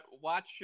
watch